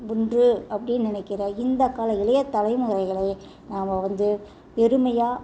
ஒன்று அப்படின் நினைக்குற இந்த கால இளைய தலைமுறைகளை நாம் வந்து பெருமையாக